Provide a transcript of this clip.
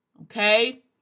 okay